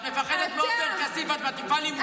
את מפחדת מעופר כסיף ואת מטיפה לי מוסר?